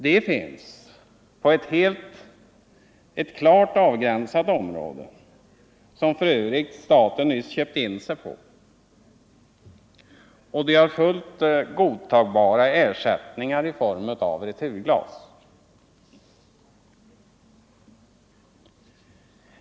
De finns på ett klart avgränsat område, som för övrigt staten nyss köpt in sig på, och de har fullt godtagbara ersättningar i form av returglas.